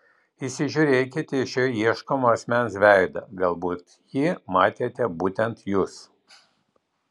įsižiūrėkite į šio ieškomo asmens veidą galbūt jį matėte būtent jūs